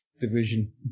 division